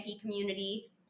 community